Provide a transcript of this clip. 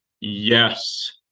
Yes